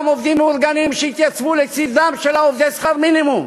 עובדים מאורגנים שהתייצבו לצדם של עובדי שכר המינימום